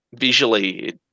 visually